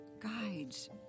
guides